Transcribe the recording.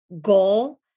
goal